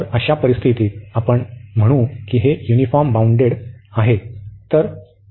तर अशा परिस्थितीत आपण म्हणू की हे युनिफॉर्म बाउंडेड आहे